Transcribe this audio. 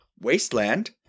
wasteland